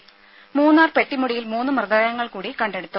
ത മൂന്നാർ പെട്ടിമുടിയിൽ മൂന്ന് മൃതദേഹങ്ങൾകൂടി കണ്ടെടുത്തു